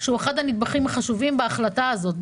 שהוא אחד הנדבכים החשובים בהחלטה הזאת,